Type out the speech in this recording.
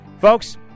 Folks